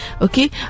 Okay